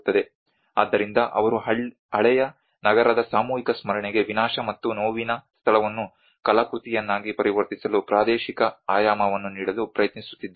ಆದ್ದರಿಂದ ಅವರು ಹಳೆಯ ನಗರದ ಸಾಮೂಹಿಕ ಸ್ಮರಣೆಗೆ ವಿನಾಶ ಮತ್ತು ನೋವಿನ ಸ್ಥಳವನ್ನು ಕಲಾಕೃತಿಯನ್ನಾಗಿ ಪರಿವರ್ತಿಸಲು ಪ್ರಾದೇಶಿಕ ಆಯಾಮವನ್ನು ನೀಡಲು ಪ್ರಯತ್ನಿಸುತ್ತಿದ್ದಾರೆ